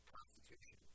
Constitution